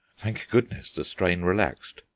thank goodness, the strain relaxed.